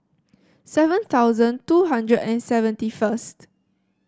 seven thousand two hundred and seventy first